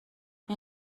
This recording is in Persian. این